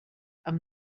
amb